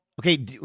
Okay